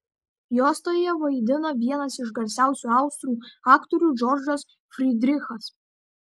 juostoje vaidina vienas iš garsiausių austrų aktorių džordžas frydrichas